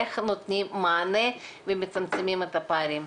איך הם נותנים מענה ומצמצמים את הפערים.